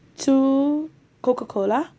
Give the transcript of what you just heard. two coca cola and